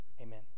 amen